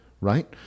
right